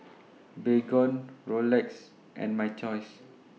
Baygon Rolex and My Choice